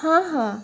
हां हां